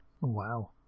wow